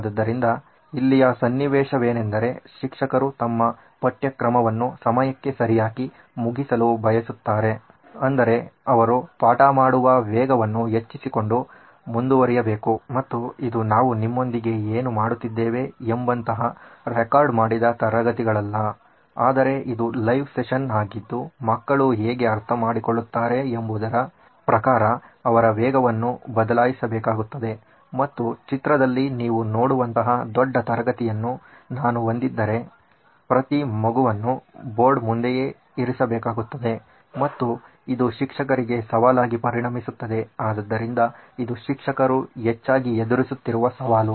ಆದ್ದರಿಂದ ಇಲ್ಲಿಯ ಸನ್ನಿವೇಶವೆನೆಂದರೆ ಶಿಕ್ಷಕರು ತಮ್ಮ ಪಠ್ಯಕ್ರಮವನ್ನು ಸಮಯಕ್ಕೆ ಸರಿಯಾಗಿ ಮುಗಿಸಲು ಬಯಸುತ್ತಾರೆ ಅಂದರೆ ಅವರು ಪಾಠ ಮಾಡುವ ವೇಗವನ್ನು ಹೆಚ್ಚಿಸಿಕೊಂಡು ಮುಂದುವರಿಯಬೇಕು ಮತ್ತು ಇದು ನಾವು ನಿಮ್ಮೊಂದಿಗೆ ಏನು ಮಾಡುತ್ತಿದ್ದೇವೆ ಎಂಬಂತಹ ರೆಕಾರ್ಡ್ ಮಾಡಿದ ತರಗತಿಗಳಲ್ಲ ಆದರೆ ಇದು ಲೈವ್ ಸೆಷನ್ ಆಗಿದ್ದು ಮಕ್ಕಳು ಹೇಗೆ ಅರ್ಥಮಾಡಿಕೊಳ್ಳುತ್ತಾರೆ ಎಂಬುದರ ಪ್ರಕಾರ ಅವರ ವೇಗವನ್ನು ಬದಲಾಯಿಸಬೇಕಾಗುತ್ತದೆ ಮತ್ತು ಚಿತ್ರದಲ್ಲಿ ನೀವು ನೋಡುವಂತಹ ದೊಡ್ಡ ತರಗತಿಯನ್ನು ನಾನು ಹೊಂದಿದ್ದರೆ ಪ್ರತಿ ಮಗುವನ್ನು ಬೋರ್ಡ್ ಮುಂದೆಯೇ ಇರಿಸಬೇಕಾಗುತ್ತದೆ ಮತ್ತು ಇದು ಶಿಕ್ಷಕರಿಗೆ ಸವಾಲಾಗಿ ಪರಿಣಮಿಸುತ್ತದೆ ಆದ್ದರಿಂದ ಇದು ಶಿಕ್ಷಕರು ಹೆಚ್ಚಾಗಿ ಎದುರಿಸುತ್ತಿರುವ ಸವಾಲು